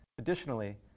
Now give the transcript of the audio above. Additionally